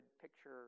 picture